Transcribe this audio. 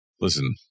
Listen